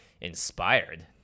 inspired